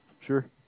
sure